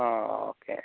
ആ ഓക്കെ